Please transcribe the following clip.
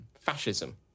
Fascism